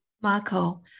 Marco